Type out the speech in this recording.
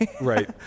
Right